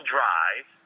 Drive